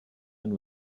and